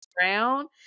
round